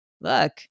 look